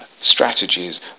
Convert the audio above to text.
strategies